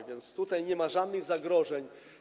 A więc tutaj nie ma żadnych zagrożeń.